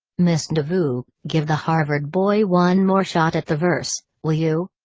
miss neveu, give the harvard boy one more shot at the verse, will you?